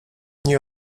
nie